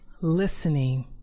listening